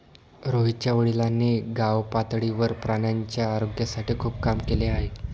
रोहितच्या वडिलांनी गावपातळीवर प्राण्यांच्या आरोग्यासाठी खूप काम केले आहे